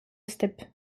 steppe